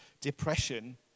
depression